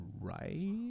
right